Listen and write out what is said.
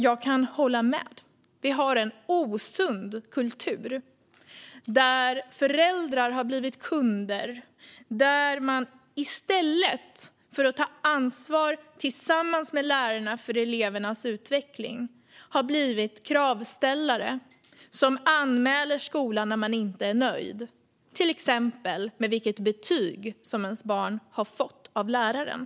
Jag kan hålla med. Vi har en osund kultur där föräldrar har blivit kunder, där de i stället för att ta ansvar tillsammans med lärarna för elevernas utveckling har blivit kravställare som anmäler skolan när de inte är nöjda, till exempel med det betyg som deras barn har fått av läraren.